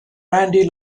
randy